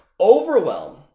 Overwhelm